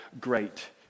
great